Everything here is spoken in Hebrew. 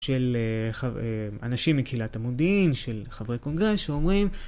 של אנשים מקהילת המודיעין, של חברי קונגרס שאומרים...